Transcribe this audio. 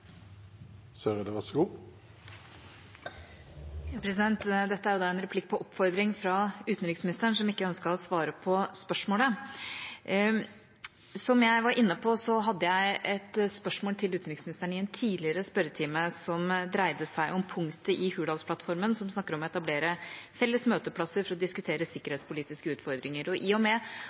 utenriksministeren, som ikke ønsket å svare på spørsmålet mitt. Som jeg var inne på, hadde jeg et spørsmål til utenriksministeren i en tidligere spørretime, og det dreide seg om punktet i Hurdalsplattformen om å etablere felles møteplasser for å diskutere sikkerhetspolitiske utfordringer. I og med